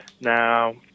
Now